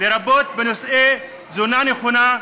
לרבות בנושאי תזונה נכונה,